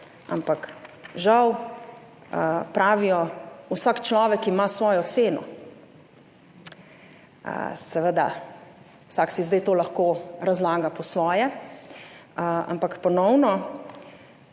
ampak žal pravijo, vsak človek ima svojo ceno. Seveda vsak si zdaj to lahko razlaga po svoje. Ampak ponovno,